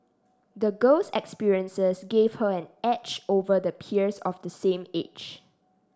the girl's experiences gave her an edge over the peers of the same age